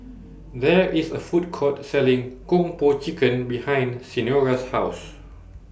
There IS A Food Court Selling Kung Po Chicken behind Senora's House